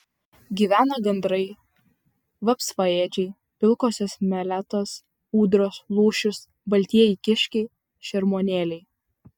gyvena gandrai vapsvaėdžiai pilkosios meletos ūdros lūšys baltieji kiškiai šermuonėliai